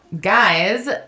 guys